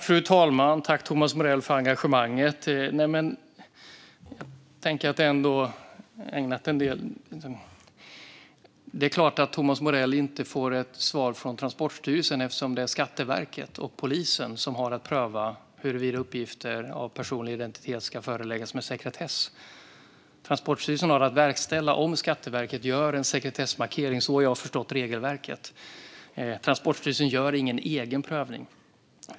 Fru talman! Tack, Thomas Morell, för engagemanget! Vi har ändå ägnat en del tid åt det här nu. Det är klart att Thomas Morell inte får ett svar från Transportstyrelsen eftersom det är Skatteverket och polisen som har att pröva huruvida uppgifter om personlig identitet ska beläggas med sekretess. Transportstyrelsen har att verkställa om Skatteverket gör en sekretessmarkering - så har jag förstått regelverket. Transportstyrelsen gör ingen egen prövning.